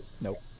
Nope